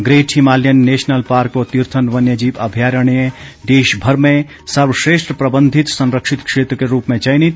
great Himalayan national park व तीर्थन वन्य जीव अभ्यारण्य देशभर में सर्वश्रेष्ठ प्रबंधित संरक्षित क्षेत्र के रूप में चयनित